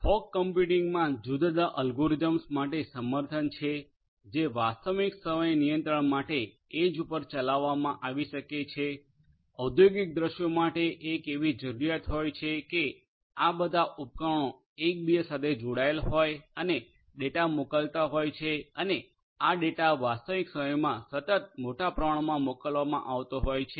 fog કમ્પ્યુટિંગમાં જુદા જુદા અલ્ગોરિધમ્સ માટે સમર્થન છે જે વાસ્તવિક સમય નિયંત્રણ માટે એજપર ચલાવવામા આવી શકે છે ઔદ્યોગિક દૃશ્યો માટે એક એવી જરૂરિયાત હોય છે કે આ બધા ઉપકરણો એકબીજા સાથે જોડાયેલા હોય અને ડેટા મોકલતા હોય છે અને આ ડેટા વાસ્તવિક સમયમાં સતત મોટા પ્રમાણમાં મોકલવામાં આવતો હોય છે